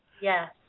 Yes